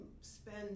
spend